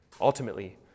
ultimately